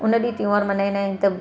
उन ॾींहुं त्यौहार मल्हाईंदा आहिनि त